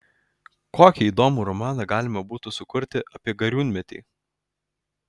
kokį įdomų romaną galima būtų sukurti apie gariūnmetį